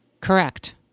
Correct